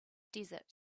desert